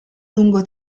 lungo